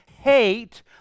hate